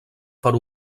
per